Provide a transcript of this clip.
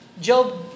Job